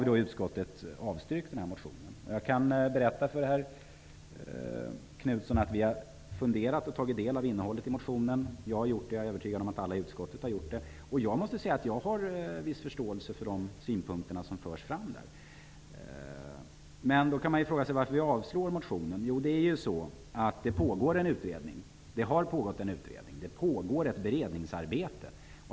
Utskottet har avstyrkt motionen. Jag kan berätta för herr Knutson att utskottet har tagit del av och funderat över innehållet i motionen. Jag har gjort det, och jag är övertygad om att alla i utskottet har gjort det. Jag har viss förståelse för de synpunkter som förs fram i motionen. Man kan då fråga sig varför utskottet avstyrker motionen. Det har pågått en utredning och det pågår ett beredningsarbete.